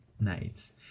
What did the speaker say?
nights